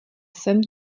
sem